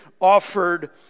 offered